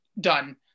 done